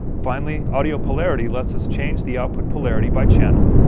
finally, audio polarity lets us change the output polarity by channel,